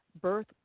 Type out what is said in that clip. birth